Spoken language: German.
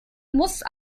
muss